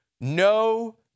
No